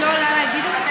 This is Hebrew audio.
את לא עולה להגיד את זה?